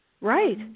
Right